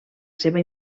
seva